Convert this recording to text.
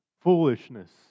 foolishness